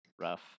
Rough